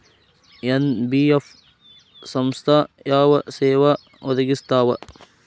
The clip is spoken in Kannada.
ಎನ್.ಬಿ.ಎಫ್ ಸಂಸ್ಥಾ ಯಾವ ಸೇವಾ ಒದಗಿಸ್ತಾವ?